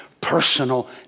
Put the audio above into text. personal